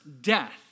death